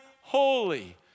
holy